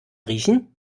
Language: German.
riechen